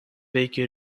veikia